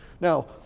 Now